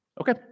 Okay